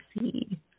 see